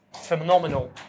phenomenal